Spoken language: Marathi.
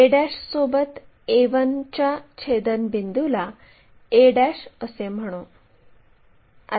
a सोबत a1 च्या छेदनबिंदूला a असे म्हणू